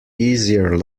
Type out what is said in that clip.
easier